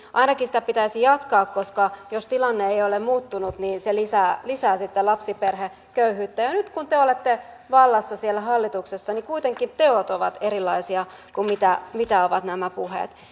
ainakin tätä lapsivähennystä pitäisi jatkaa koska jos tilanne ei ei ole muuttunut niin se lisää lisää sitten lapsiperheköyhyyttä ja nyt kun te olette vallassa siellä hallituksessa niin kuitenkin teot ovat erilaisia kuin mitä mitä ovat nämä puheet